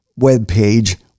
webpage